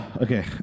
Okay